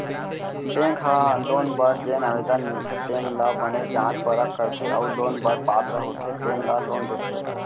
bank ह loan बर जेन आवेदन मिलथे तेन ल बने जाँच परख करथे अउ लोन बर पात्र होथे तेन ल लोन देथे